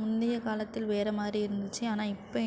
முந்தைய காலத்தில் வேறுமாதிரி இருந்துச்சு ஆனால் இப்போ